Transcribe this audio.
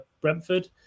Brentford